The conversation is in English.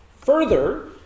Further